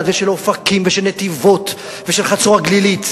ושל אופקים ושל נתיבות ושל חצור-הגלילית,